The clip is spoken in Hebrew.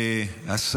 אין מתנגדים.